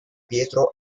pietro